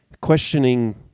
Questioning